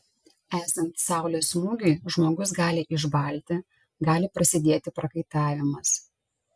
esant saulės smūgiui žmogus gali išbalti gali prasidėti prakaitavimas